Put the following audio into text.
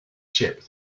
ship